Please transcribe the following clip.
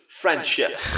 friendship